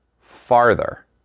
farther